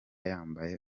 yambaye